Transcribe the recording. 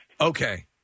Okay